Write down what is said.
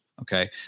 Okay